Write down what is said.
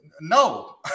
No